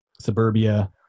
Suburbia